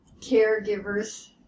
caregivers